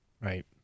right